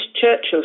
Churchill